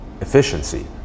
efficiency